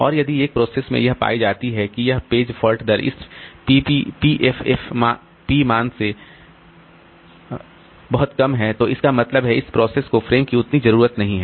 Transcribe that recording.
और यदि एक प्रोसेस मैं यह पाई जाती है कि यह पेज फॉल्ट दर इस PFF F मान से बहुत कम है तो इसका मतलब है इस प्रोसेस को फ्रेम की उतनी जरूरत नहीं है